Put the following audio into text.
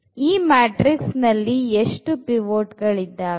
ಈ ಮ್ಯಾಟ್ರಿಕ್ಸ್ ನಲ್ಲಿ ಎಷ್ಟು ಪಿವೊಟ್ ಗಳಿದ್ದಾವೆ